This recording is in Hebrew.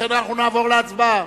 לכן אנחנו נעבור להצבעה.